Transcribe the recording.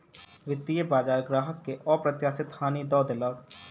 वित्तीय बजार ग्राहक के अप्रत्याशित हानि दअ देलक